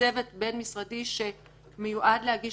- צוות בין-משרדי שמיועד להגיש